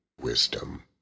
wisdom